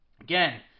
again